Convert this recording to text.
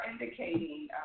indicating